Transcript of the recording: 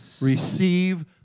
Receive